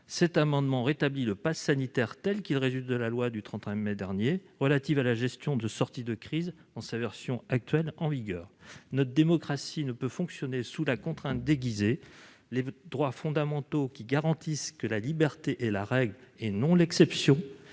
cet amendement vise à rétablir le passe sanitaire tel qu'il résulte de la loi du 31 mai dernier relative à la gestion de la sortie de crise sanitaire, dans la version qui est actuellement en vigueur. Notre démocratie ne peut fonctionner sous la contrainte déguisée. Les droits fondamentaux, qui garantissent que la liberté est la règle et non pas l'exception,